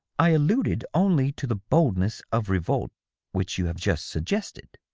i alluded only to the boldness of revolt which you have just suggested.